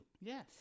Yes